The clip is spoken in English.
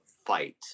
fight